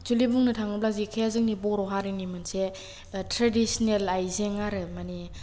एकसुइलि बुंनो थाङोब्ला जेखाइआ जोंनि बर' हारिनि मोनसे ट्रेडिसनेल आइजें आरो मानि